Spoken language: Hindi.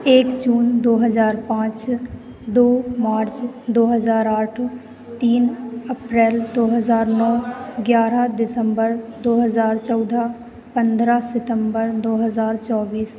एक जून दो हजार पाँच दो मार्च दो हजार आठ तीन अप्रैल दो हजार नौ ग्यारह दिसम्बर दो हजार चौदह पंद्रह सितंबर दो हज़ार चौबीस